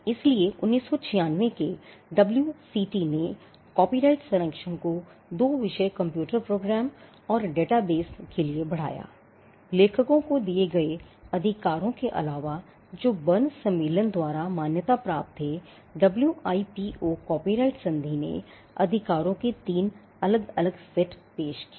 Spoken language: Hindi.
इसलिए 1996 के डब्ल्यूसीटी कॉपीराइट संधि ने अधिकारों के तीन अलग अलग सेट पेश किए